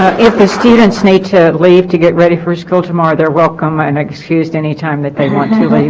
ah if the students need to leave to get ready for school tomorrow they're welcome and excused anytime that they want to leave